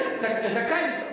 כן, זכאי משרד,